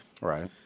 Right